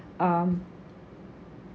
um